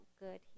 good